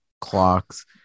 clocks